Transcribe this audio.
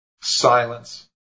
Silence